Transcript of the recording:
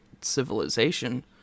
civilization